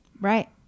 Right